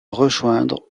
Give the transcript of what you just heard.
rejoindre